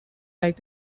like